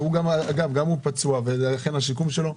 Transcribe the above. מר חיות גם פצוע וזה משפיע על השיקום שלו.